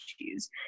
issues